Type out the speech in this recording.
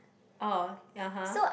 orh ya !huh!